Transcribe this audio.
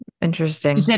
Interesting